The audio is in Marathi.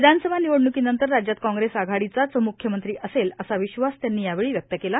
विधानसभा निवडण्कीनंतर राज्यात काँग्रेस आघाडीचाच म्ख्यमंत्री असेल असा विश्वास त्यांनी यावेळी व्यक्त केला